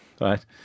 right